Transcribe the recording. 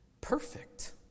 Perfect